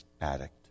addict